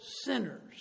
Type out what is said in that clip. sinners